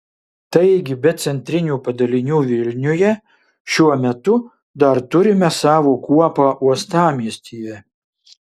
taigi be centrinių padalinių vilniuje šiuo metu dar turime savo kuopą uostamiestyje